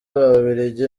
ababiligi